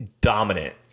Dominant